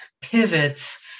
pivots